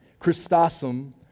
Christosom